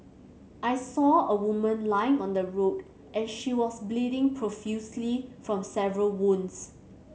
I saw a woman lying on the road and she was bleeding profusely from several wounds